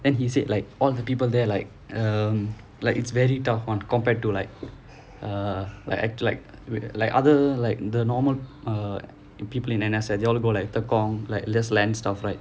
and he said like all the people there like um like it's very tough [one] compared to like err like act like like other like the normal uh people in N_S they all go like tekong like that's land stuff right